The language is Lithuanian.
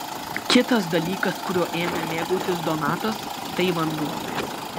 kitas dalykas kuriuo ėmė mėgautis donatas tai vanduo